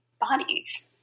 bodies